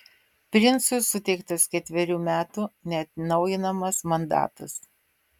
princui suteiktas ketverių metų neatnaujinamas mandatas